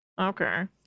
Okay